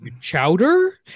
chowder